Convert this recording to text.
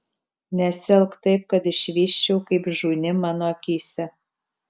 nesielk taip kad išvysčiau kaip žūni mano akyse